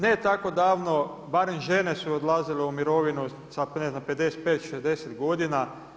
Ne tako davno barem žene su odlazile u mirovinu sa ne znam 55, 60 godina.